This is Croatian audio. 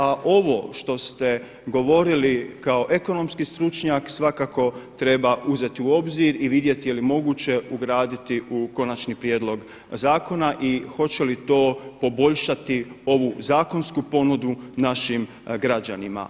A ovo što ste govorili kao ekonomski stručnjak svakako treba uzeti u obzir i vidjeti je li moguće ugraditi u konačni prijedlog zakona i hoće li to poboljšati ovu zakonsku ponudu našim građanima.